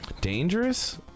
Dangerous